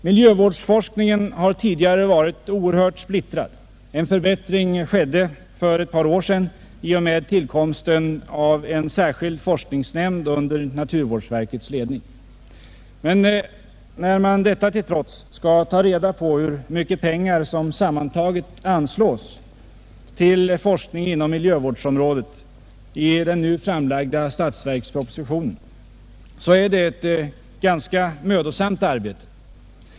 Miljövårdsforskningen har tidigare varit oerhört splittrad. En förbättring skedde för ett par år sedan i och med tillkomsten av en särskild forskningsnämnd under naturvårdsverkets ledning. Men när man skall ta reda på hur mycket pengar som sammantaget anslås till forskning inom miljövårdsområdet i den nu framlagda statsverkspropositionen så är det detta till trots ett ganska mödosamt arbete.